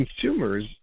consumers